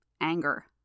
Anger